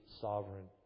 sovereign